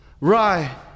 right